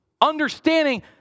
understanding